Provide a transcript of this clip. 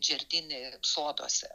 džerdini soduose